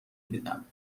دیدم